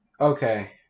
Okay